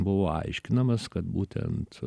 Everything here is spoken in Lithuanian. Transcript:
buvo aiškinamas kad būtent